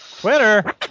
Twitter